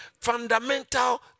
fundamental